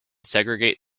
segregate